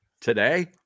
today